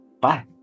bye